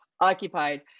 occupied